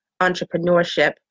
entrepreneurship